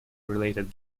related